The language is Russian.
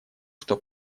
что